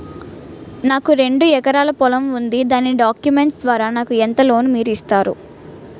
నాకు రెండు ఎకరాల పొలం ఉంది దాని డాక్యుమెంట్స్ ద్వారా నాకు ఎంత లోన్ మీరు ఇస్తారు?